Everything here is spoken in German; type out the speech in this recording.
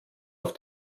auf